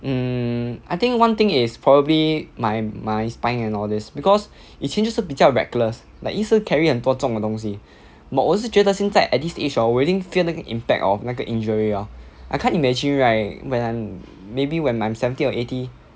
mm I think one thing is probably my my spine and all this because 以前就是比较 reckless like 一直 carry 很多重的东西 but 我是觉得现在 at this age hor 我已经 feel 那个 impact of 那个 injury 了 I can't imagine right when I'm maybe when I'm seventy or eighty